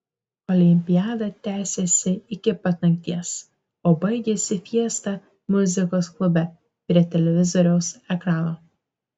olimpiada tęsėsi iki pat nakties o baigėsi fiesta muzikos klube prie televizoriaus ekrano